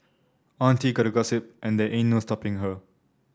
auntie gotta gossip and there ain't no stopping her